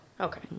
Okay